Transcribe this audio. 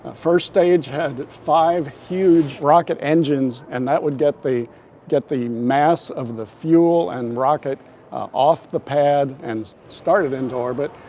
ah first stage had five huge rocket engines and that would get the get the mass of the fuel and rocket off the pad and started into orbit.